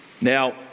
Now